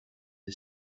the